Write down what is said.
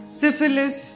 syphilis